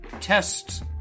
tests